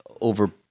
over